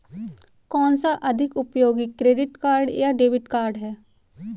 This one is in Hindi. कौनसा अधिक उपयोगी क्रेडिट कार्ड या डेबिट कार्ड है?